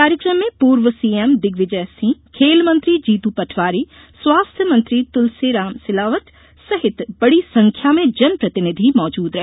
कार्यक्रम में पूर्व सीएम दिग्विजय सिंह खेल मंत्री जीतू पटवारी स्वास्थ्य मंत्री तुलसी सिलावट सहित बड़ी संख्या में जनप्रतिनिधि मौजूद रहे